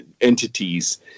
entities